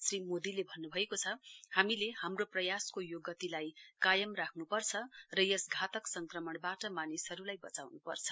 श्री मोदीले भन्नुभएको छ हामीले हाम्रो प्रयासको यो गतिलाई कायम राख्नुपर्छ र यस धातक संक्रमणबाट मानिसहरूलाई बचाउन् पर्छ